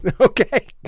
okay